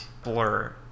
Blur